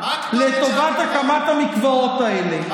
מה הכתובת של המקוואות האלה?